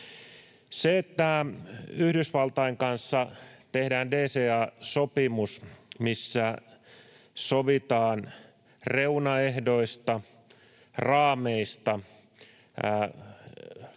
Se, että Yhdysvaltain kanssa tehdään DCA-sopimus, missä sovitaan reunaehdoista, raameista